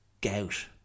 gout